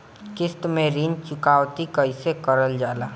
किश्त में ऋण चुकौती कईसे करल जाला?